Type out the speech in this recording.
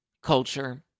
Culture